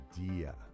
idea